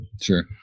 Sure